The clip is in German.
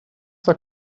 zwar